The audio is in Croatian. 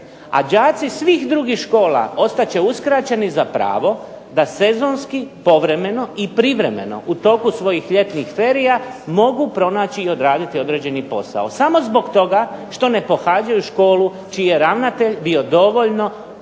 a đaci svih drugih škola ostat će uskraćeni za pravo da sezonski, povremeno i privremeno u toku svojih ljetnih ferija mogu pronaći i odraditi određeni posao. Samo zbog toga što ne pohađaju školu čiji je ravnatelj bio dovoljno